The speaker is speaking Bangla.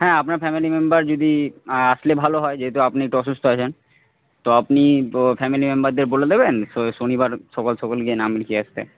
হ্যাঁ আপনার ফ্যামিলি মেম্বার যদি আসলে ভালো হয় যেহেতু আপনি একটু অসুস্থ আছেন তো আপনি ফ্যামিলি মেম্বারদের বলে দেবেন শনিবার সকাল সকাল গিয়ে নাম লিখিয়ে আসতে